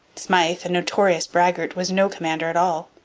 smyth, a notorious braggart, was no commander at all.